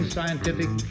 scientific